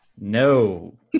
No